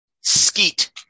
Skeet